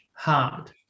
Hard